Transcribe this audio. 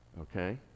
Okay